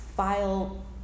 file